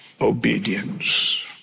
obedience